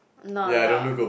not lah